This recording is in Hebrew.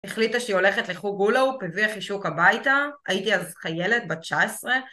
החליטה שהיא הולכת לחוג הולו, הביאה חישוק הביתה, הייתי אז חיילת בת 19